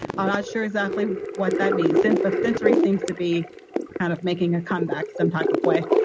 ah not sure exactly what that means since but sensory seems to be kind of making a comeback some type of way